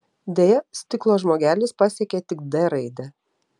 deja stiklo žmogelis pasiekė tik d raidę